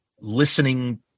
listening